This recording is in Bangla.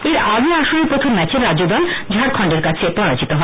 এর আগে আসরের প্রথম ম্যাচে রাজ্যদল ঝাড়খন্ডের কাছে হেরেছে